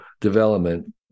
development